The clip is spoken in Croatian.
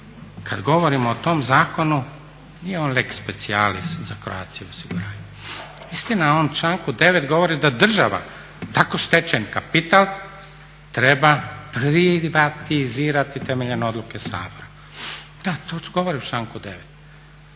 kada govorimo o tom zakonu nije on lex specialis za Croatia osiguranje. Istina u članku 9.govori da država tako stečeni kapital treba privatizirati temeljem odluke Sabora, da to govori u članku 9.